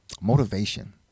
motivation